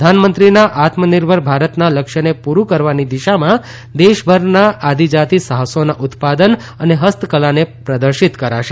પ્રધાનમંત્રીના આત્મનિર્ભર ભારતના લક્ષ્યને પૂરું કરવાની દિશામાં દેશભરના આદિજાતિ સાહસોના ઉત્પાદન અને હસ્તકલાને પ્રદર્શિત કરાશે